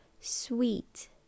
sweet